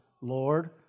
Lord